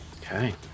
Okay